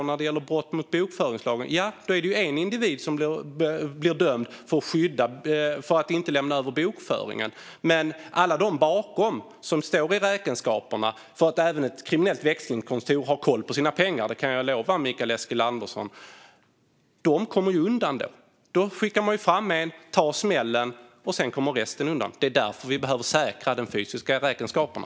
När det gäller brott mot bokföringslagen är det dessutom så att det är en individ som blir dömd för att inte ha lämnat över bokföringen medan alla de bakom det som står i räkenskaperna - för även ett kriminellt växlingskontor har koll på sina pengar; det kan jag lova Mikael Eskilandersson - kommer undan. Man skickar fram en som tar smällen, och sedan kommer resten undan. Det är därför vi behöver säkra de fysiska räkenskaperna.